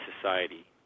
society